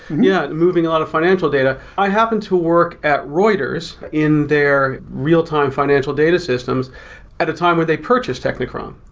yeah, moving a lot of financial data. i happen to work at reuters in there real-time financial data systems at a time when they purchased technicron.